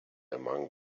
among